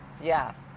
Yes